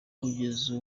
kugeza